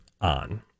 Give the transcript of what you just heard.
on